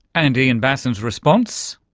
and ian bassin's response?